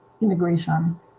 immigration